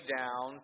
down